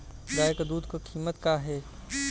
गाय क दूध क कीमत का हैं?